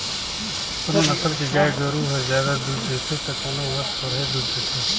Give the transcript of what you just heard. कोनो नसल के गाय गोरु हर जादा दूद देथे त कोनो हर थोरहें दूद देथे